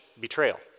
betrayal